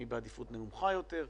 מי בעדיפות נמוכה יותר,